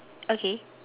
okay